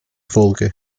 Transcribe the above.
folge